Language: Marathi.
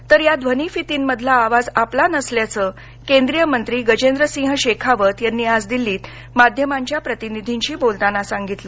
तर या ध्वनी फिती मधला आवाज आपला नसल्याच केंद्रीय मंत्री गजेंद्र सिंह शेखावत यांनी आज दिल्लीत माध्यमांच्या प्रतिनिधींशी बोलताना सांगितलं